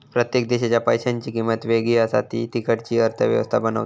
प्रत्येक देशाच्या पैशांची किंमत वेगळी असा ती तिकडची अर्थ व्यवस्था बनवता